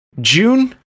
june